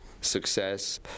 success